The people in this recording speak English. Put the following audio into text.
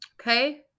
Okay